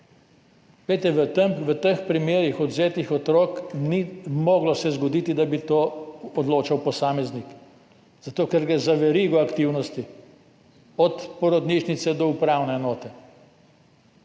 V teh primerih odvzetih otrok se ni moglo zgoditi, da bi o tem odločal posameznik, zato ker gre za verigo aktivnosti, od porodnišnice do upravne enote